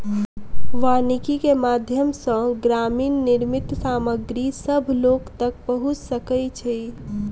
वानिकी के माध्यम सॅ ग्रामीण निर्मित सामग्री सभ लोक तक पहुँच सकै छै